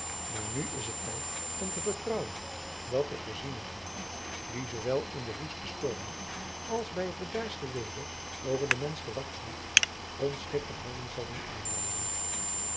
maar nu is het tijd om te vertrouwen dat de voorzienigheid die zoowel in de woeste stormen als bij het bedaardste weder over den mensch de wacht houdt ons schip behouden zal doen aanlanden